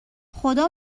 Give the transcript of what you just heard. خدا